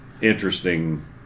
Interesting